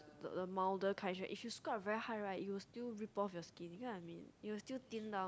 the the milder kind right if you scrub very high right it will still rip off your skin you get what I mean it will still thin down